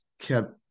kept